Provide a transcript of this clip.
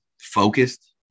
focused